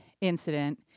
incident